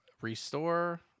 Restore